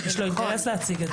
יש לו אינטרס להציג את זה.